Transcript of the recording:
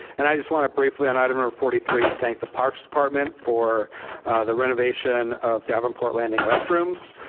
and i just wanna briefly, on item number forty three, thank the parks department for the renovation of davenport landing restrooms.